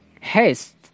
haste